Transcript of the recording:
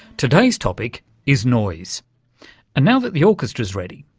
today's topic is noiseand now that the orchestra's ready,